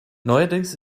neuerdings